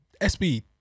sb